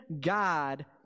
God